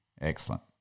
Excellent